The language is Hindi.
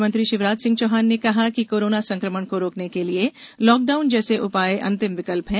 मुख्यमंत्री शिवराज सिंह चौहान ने कहा है कि कोरोना संक्रमण को रोकने के लिए लॉकडाउन जैसे उपाय अंतिम विकल्प हैं